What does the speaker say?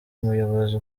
umuyobozi